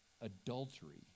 adultery